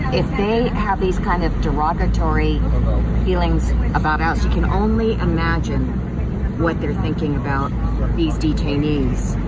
if they have these kind of derogatory feelings about us, you can only imagine what they're thinking about these detainees.